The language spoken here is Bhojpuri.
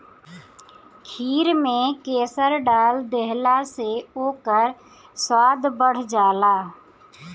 खीर में केसर डाल देहला से ओकर स्वाद बढ़ जाला